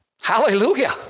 Hallelujah